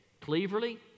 Cleverly